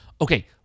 Okay